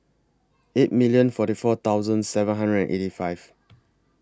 eight million forty four seven hundred and eighty five